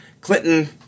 clinton